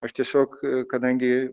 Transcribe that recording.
aš tiesiog kadangi